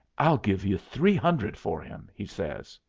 i'll give you three hundred for him, he says.